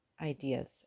ideas